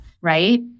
right